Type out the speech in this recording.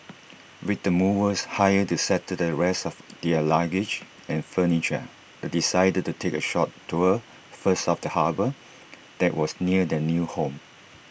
with the movers hired to settle the rest of their luggage and furniture they decided to take A short tour first of the harbour that was near their new home